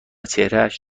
چهرهاش